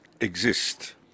exist